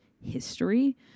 history